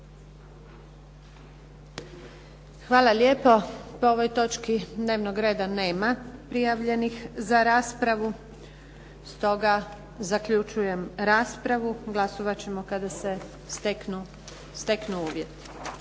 Hvala lijepo. Po ovoj točki dnevnog reda nema prijavljenih za raspravu. Stoga zaključujem raspravu. Glasovat ćemo kada se steknu uvjeti.